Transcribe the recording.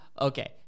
okay